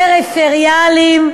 פריפריאליים.